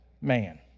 man